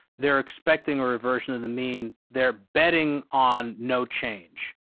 they're expecting a reversion of the mean, they're betting on no change.